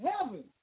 heaven